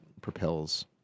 propels